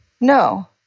No